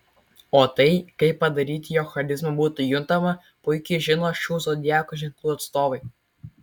o tai kaip padaryti jog charizma būtų juntama puikiai žino šių zodiako ženklų atstovai